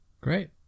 Great